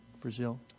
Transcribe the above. Brazil